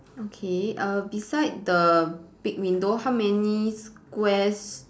okay err beside the big window how many squares